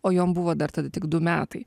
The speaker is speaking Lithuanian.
o jom buvo dar tada tik du metai